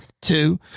two